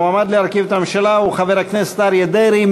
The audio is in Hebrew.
המועמד להרכיב את הממשלה הוא חבר הכנסת אריה דרעי.